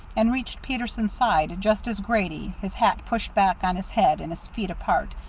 and reached peterson's side just as grady, his hat pushed back on his head and his feet apart,